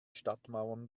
stadtmauern